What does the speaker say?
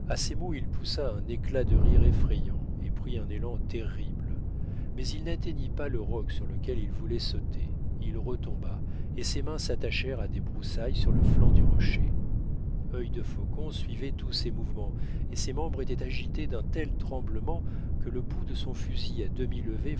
il poussa un éclat de rire effrayant et prit un élan terrible mais il n'atteignit pas le roc sur lequel il voulait sauter il retomba et ses mains s'attachèrent à des broussailles sur le flanc du rocher œil de faucon suivait tous ses mouvements et ses membres étaient agités d'un tel tremblement que le bout de son fusil à